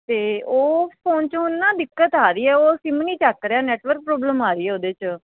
ਅਤੇ ਉਹ ਫੋਨ 'ਚੋ ਹੁਣ ਨਾ ਦਿੱਕਤ ਆ ਰਹੀ ਹੈ ਉਹ ਸਿੰਮ ਨਹੀਂ ਚੱਕ ਰਿਹਾ ਨੈਟਵਰਕ ਪ੍ਰੋਬਲਮ ਆ ਰਹੀ ਹੈ ਉਹਦੇ 'ਚ